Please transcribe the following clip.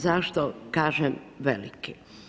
Zašto kažem veliki?